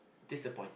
disappointing